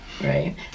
right